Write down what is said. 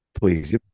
Please